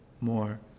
more